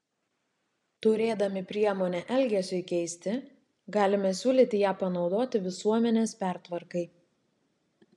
turėdami priemonę elgesiui keisti galime siūlyti ją panaudoti visuomenės pertvarkai